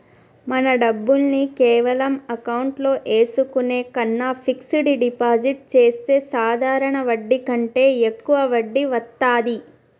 మన డబ్బుల్ని కేవలం అకౌంట్లో ఏసుకునే కన్నా ఫిక్సడ్ డిపాజిట్ చెత్తే సాధారణ వడ్డీ కంటే యెక్కువ వడ్డీ వత్తాది